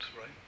right